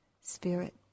Spirit